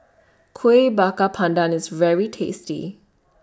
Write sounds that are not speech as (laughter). (noise) Kuih Bakar Pandan IS very tasty (noise)